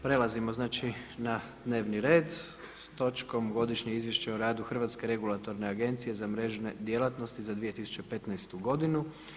Prelazimo znači na dnevni red s točkom Godišnje izvješće o radu Hrvatske regulatorne agencije za mrežne djelatnosti za 2015. godinu.